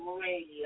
Radio